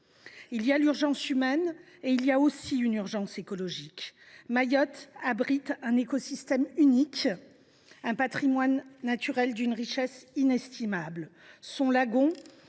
Il y a l’urgence humaine ; il y a aussi une urgence écologique. Mayotte abrite un écosystème unique, un patrimoine naturel d’une richesse inestimable. Son lagon,